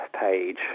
page